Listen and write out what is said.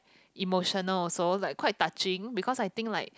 emotional also like quite touching because I think like